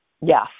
Yes